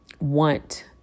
want